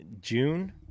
June